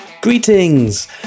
Greetings